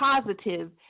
positive